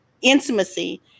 intimacy